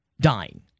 dying